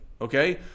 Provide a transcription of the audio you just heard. okay